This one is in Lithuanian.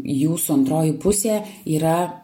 jūsų antroji pusė yra